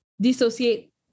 dissociate